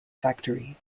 factory